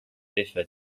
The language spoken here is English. differ